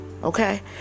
Okay